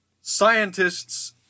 scientists